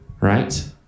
right